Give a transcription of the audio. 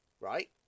Right